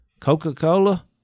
Coca-Cola